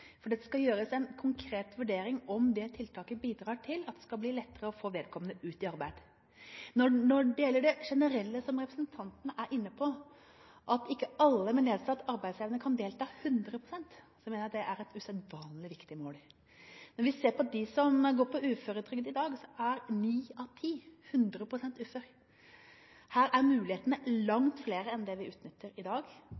skal gjøres en konkret vurdering av om tiltaket bidrar til at det blir lettere å få vedkommende ut i arbeid. Når det gjelder det generelle som representanten er inne på – at ikke alle med nedsatt arbeidsevne kan delta 100 pst. – mener jeg at det er et usedvanlig viktig mål. Når vi ser på dem som går på uføretrygd i dag, er ni av ti 100 pst. uføre. Her er mulighetene